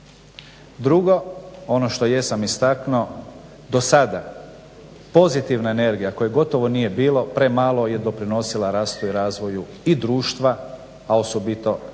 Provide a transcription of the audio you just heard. Drugo, ono što jesam istaknuo do sada pozitivna energija koje gotovo nije bilo premalo je doprinosila rastu i razvoju i društva, a osobito ove